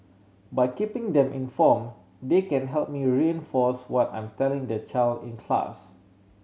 by keeping them inform they can help me reinforce what I'm telling their child in class